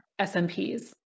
SMPs